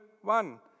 one